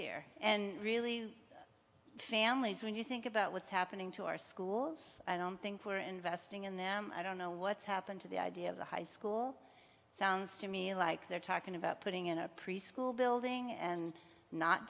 here and really families when you think about what's happening to our schools i don't think we're investing in them i don't know what's happened to the idea of the high school sounds to me like they're talking about putting in a preschool building and not